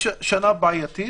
היא שנה בעייתית,